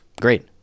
great